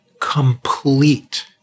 complete